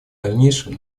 дальнейшем